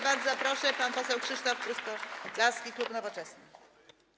Bardzo proszę, pan poseł Krzysztof Truskolaski, klub Nowoczesna.